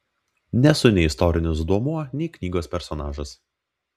nesu nei istorinis duomuo nei knygos personažas